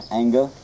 anger